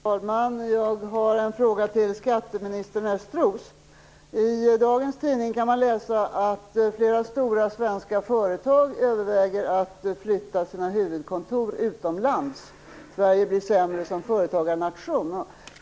Herr talman! Jag har en fråga till skatteminister Östros. I dagens tidning kan man läsa att flera stora svenska företag överväger att flytta sina huvudkontor utomlands och att Sverige blir sämre som företagarnation.